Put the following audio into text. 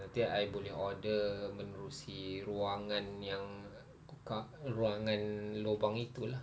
nanti I boleh order menerusi ruangan yang ruangan lubang itu lah